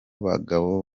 bagabo